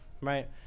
right